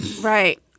right